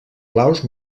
blaus